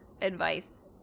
advice